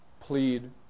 plead